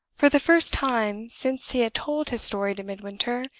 for the first time, since he had told his story to midwinter,